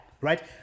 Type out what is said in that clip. right